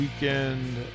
weekend